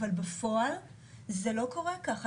אבל בפועל זה לא קורה ככה.